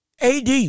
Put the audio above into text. AD